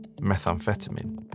methamphetamine